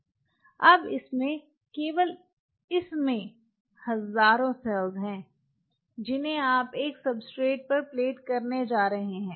अब इसमें केवल इस में हज़ारों सेल्स हैं जिन्हे आप एक सब्सट्रेट पर प्लेट करने जा रहे हैं